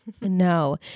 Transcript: No